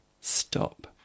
Stop